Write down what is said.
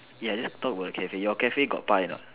ya let's talk about Cafe your Cafe got pie or not